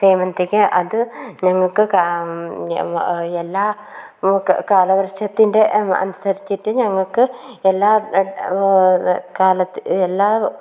സേവന്ധിക അത് ഞങ്ങൾക്ക് എല്ലാ കാലവർഷത്തിൻ്റെ അനുസരിച്ചിട്ട് ഞങ്ങൾക്ക് എല്ലാ കാലത്ത് എല്ലാ കാലത്തും